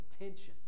intentions